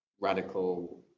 radical